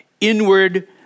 inward